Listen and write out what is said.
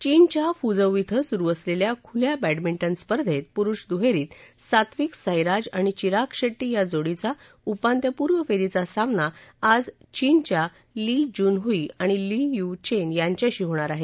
चीनच्या फुझौ धिं सुरू असलेल्या खुल्या बॅडमिंटन स्पर्धेत पुरुष दुहेरीत सात्विक साईराज आणि चिराग शेट्टी या जोडीचा उपांत्यपूर्व फेरीचा सामना आज चीनच्या ली जुन हुई आणि लियु यु चेन यांच्याशी होणार आहे